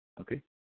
Okay